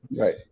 Right